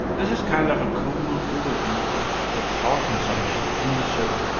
this is kind of a cool overview of the power consumption in the server.